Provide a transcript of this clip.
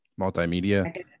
Multimedia